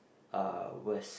uh was